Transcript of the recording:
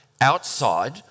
outside